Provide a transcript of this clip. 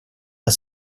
jag